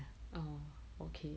oh okay